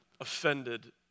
offended